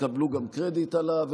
תקבלו גם קרדיט עליו,